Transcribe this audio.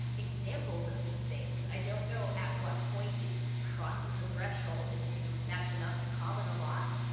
examples of these things. i don't know at what point it crosses a threshold into that's enough to call it a lot,